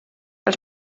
els